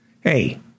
Hey